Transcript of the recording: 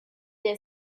día